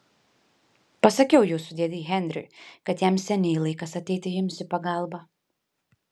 pasakiau jūsų dėdei henriui kad jam seniai laikas ateiti jums į pagalbą